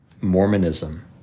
Mormonism